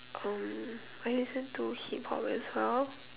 um I listen to hip hop as well